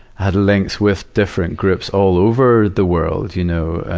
had links with different groups all over the world, you know.